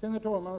Herr talman!